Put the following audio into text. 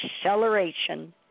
acceleration